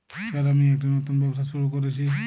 Sir আমি একটি নতুন ব্যবসা শুরু করেছি?